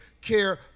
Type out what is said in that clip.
care